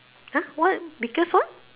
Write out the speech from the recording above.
!huh! what because what